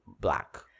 black